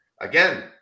again